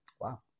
Wow